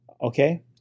Okay